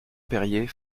perier